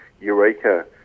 Eureka